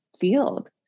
field